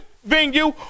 venue